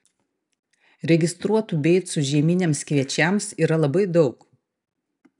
registruotų beicų žieminiams kviečiams yra labai daug